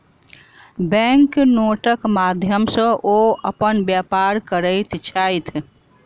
bank नोटक माध्यम सॅ ओ अपन व्यापार करैत छैथ